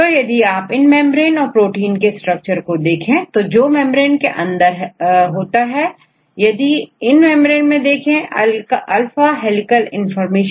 तो यदि आप इन मेंब्रेन और प्रोटीन के स्ट्रक्चर को देखें जो मेंब्रेन के अंदर होता है वह प्रोटीन जो मेंब्रेन के अंदर होता है उसमें अल्फा हेलीकल इंफॉर्मेशन होता है